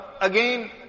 again